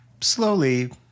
slowly